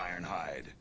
Ironhide